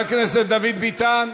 חבר הכנסת דוד ביטן.